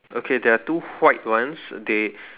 okay there are two white ones they